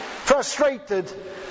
Frustrated